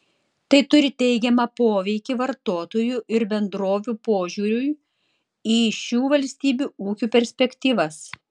tai turi teigiamą poveikį vartotojų ir bendrovių požiūriui į šių valstybių ūkių perspektyvas